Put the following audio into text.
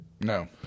No